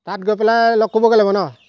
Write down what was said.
তাত গৈ পেলাই লগ কৰিবগৈ লাগিব ন